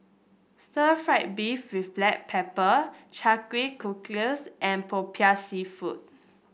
stir fry beef with Black Pepper cockles and popiah seafood